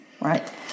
right